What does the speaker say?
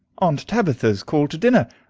aunt tabitha's call to dinner.